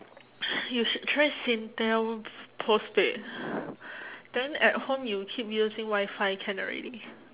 you should try singtel postpaid then at home you keep using wifi can already